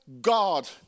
God